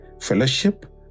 fellowship